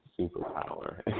superpower